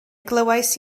glywais